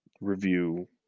review